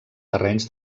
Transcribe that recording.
terrenys